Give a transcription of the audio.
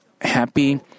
happy